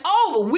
over